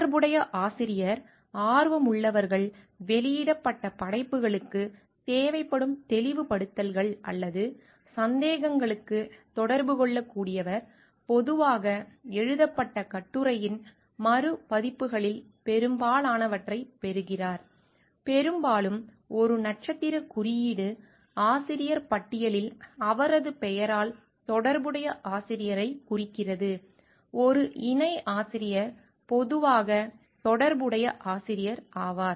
தொடர்புடைய ஆசிரியர் ஆர்வமுள்ளவர்கள் வெளியிடப்பட்ட படைப்புகளுக்குத் தேவைப்படும் தெளிவுபடுத்தல்கள் அல்லது சந்தேகங்களுக்குத் தொடர்பு கொள்ளக்கூடியவர் பொதுவாக எழுதப்பட்ட கட்டுரையின் மறுபதிப்புகளில் பெரும்பாலானவற்றைப் பெறுகிறார் பெரும்பாலும் ஒரு நட்சத்திரக் குறியீடு ஆசிரியர் பட்டியலில் அவரது பெயரால் தொடர்புடைய ஆசிரியரைக் குறிக்கிறது ஒரு இணை ஆசிரியர் பொதுவாக தொடர்புடைய ஆசிரியர் ஆவர்